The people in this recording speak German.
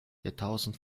jahrtausend